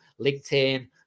LinkedIn